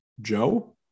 Joe